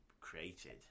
created